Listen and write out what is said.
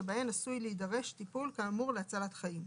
שבהן עשוי להידרש טיפול כאמור להצלחת חיים.